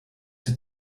did